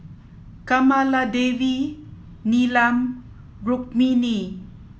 Kamaladevi Neelam and Rukmini